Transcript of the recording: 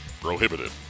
prohibited